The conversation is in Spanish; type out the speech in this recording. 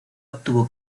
obtuvo